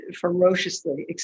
ferociously